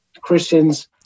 Christians